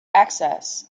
access